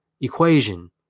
equation